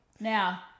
Now